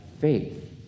faith